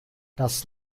das